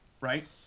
Right